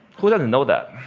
who doesn't know that?